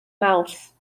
mawrth